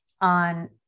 on